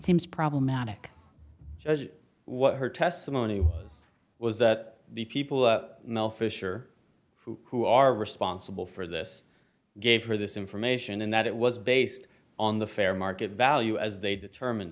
seems problematic as what her testimony was that the people that mel fisher who who are responsible for this gave her this information and that it was based on the fair market value as they determined